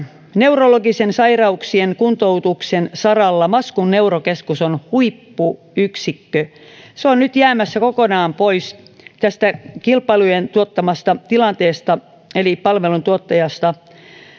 neurologisten sairauksien kuntoutuksen saralla maskun neurokeskus on huippuyksikkö se on nyt jäämässä kokonaan pois tästä kilpailujen tuottamasta tilanteesta kun palveluntuottajasta